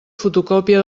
fotocòpia